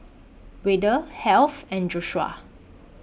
Wayde Heath and Joshua